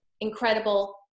incredible